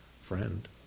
friend